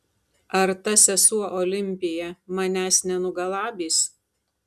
ar ta sesuo olimpija manęs nenugalabys